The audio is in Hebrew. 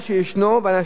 ואם אנשים היו יודעים,